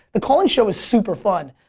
the call in show is super fun.